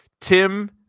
Tim